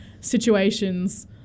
situations